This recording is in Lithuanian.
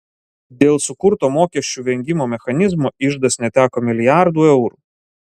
dėl sukurto mokesčių vengimo mechanizmo iždas neteko milijardų eurų